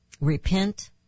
repent